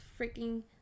freaking